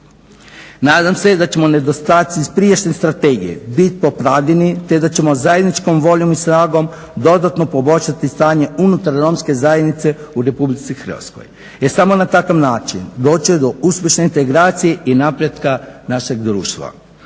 Nadam se da će nedostaci iz prijašnje strategije biti popravljeni te da ćemo zajedničkom voljom i snagom dodatno poboljšati stanje unutar Romske zajednice u RH jer samo na takav način doći će do uspješne integracije i napretka našeg društva.